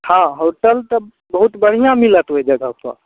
हँ होटल तऽ बहुत बढ़िआँ मिलत ओइ जगह पर